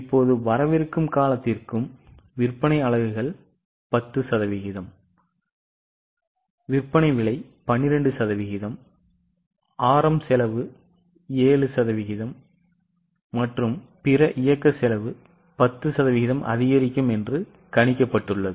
இப்போது வரவிருக்கும் காலத்திற்கு விற்பனை அலகுகள் 10 சதவீதம் விற்பனை விலை 12 சதவீதம் RM செலவு 7 சதவீதம் மற்றும் பிற இயக்க செலவு 10 சதவீதம் அதிகரிக்கும் என்று கணக்கிடப்பட்டுள்ளது